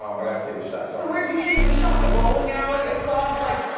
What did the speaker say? um i gotta take a shot. so where'd you shoot your shot? the bowling alley? a club? like?